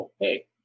hey